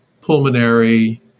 pulmonary